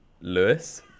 Lewis